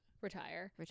retire